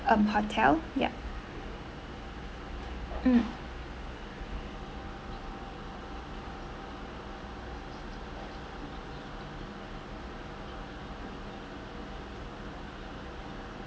um hotel yeah mm